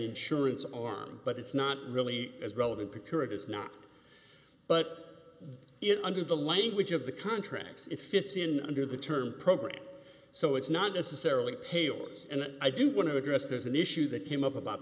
insurance arm but it's not really as relevant to cure it is not but if under the language of the contracts it fits in under the term program so it's not necessarily tails and i do want to address there's an issue that came up about